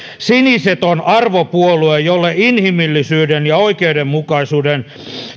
siniset on arvopuolue jolle inhimillisyyden ja oikeudenmukaisuuden